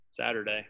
Saturday